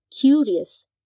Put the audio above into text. Curious